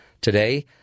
Today